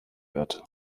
wird